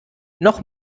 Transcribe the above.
noch